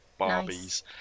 Barbies